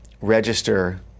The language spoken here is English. register